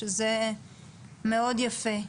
שזה מאוד יפה.